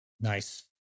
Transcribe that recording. Nice